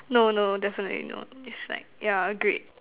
no no definitely not it's like yeah a grade